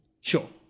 Sure